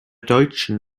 deutschen